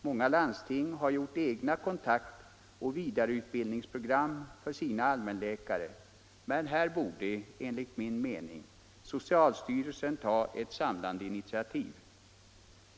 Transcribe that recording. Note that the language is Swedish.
Många landsting har gjort egna kontaktoch vidareutbildningsprogram för sina allmänläkare, men här borde enligt min mening socialstyrelsen ta ett samlande initiativ.